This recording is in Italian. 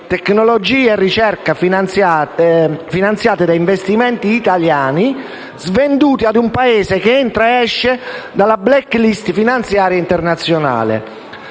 (tecnologia e ricerca finanziate da investimenti italiani svenduti ad un Paese che entra ed esce dalla *black list* finanziaria internazionale).